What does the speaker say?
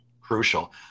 crucial